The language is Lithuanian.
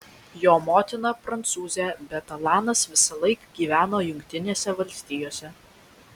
jo motina prancūzė bet alanas visąlaik gyveno jungtinėse valstijose